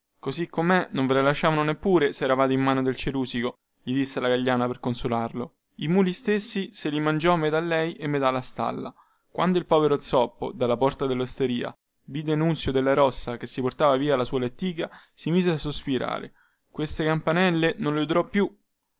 così comè non ve la lasciavano neppure se eravate in mano del cerusico gli disse la gagliana per consolarlo i muli stessi se li mangiò metà lei e metà la stalla quando il povero zoppo alla porta dellosteria vide nunzio della rossa che si portava via la sua lettiga si mise a sospirare queste campanelle non le udrò più